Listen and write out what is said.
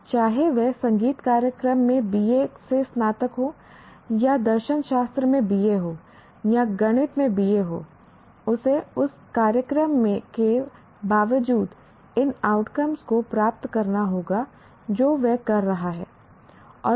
चाहे वह संगीत कार्यक्रम में BA से स्नातक हो या दर्शनशास्त्र में BA हो या गणित में BA हो उसे उस कार्यक्रम के बावजूद इन आउटकम को प्राप्त करना होगा जो वह कर रहा है